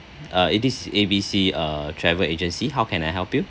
uh this A_B_C uh travel agency how can I help you